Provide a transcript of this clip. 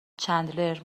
چندلر